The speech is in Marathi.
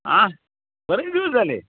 आं बरेच दिवस झाले